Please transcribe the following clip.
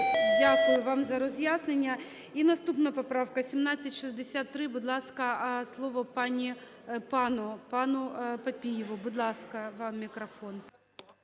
Дякую вам за роз'яснення. І наступна поправка 1763. Будь ласка, слово пану Папієву. Будь ласка, вам мікрофон.